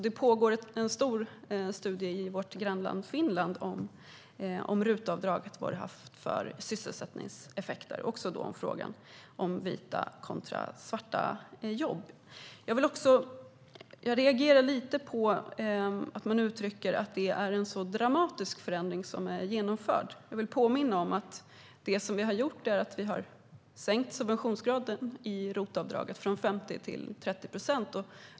Det pågår en stor studie i vårt grannland Finland om RUT-avdraget och vad det har haft för sysselsättningseffekter och också om frågan om vita kontra svarta jobb. Jag reagerar lite på att man uttrycker att det är en så dramatisk förändring som är genomförd. Jag vill påminna om att det som vi har gjort är att vi har sänkt subventionsgraden i ROT-avdraget från 50 till 30 procent.